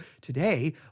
today